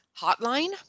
Hotline